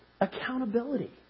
accountability